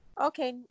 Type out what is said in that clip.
okay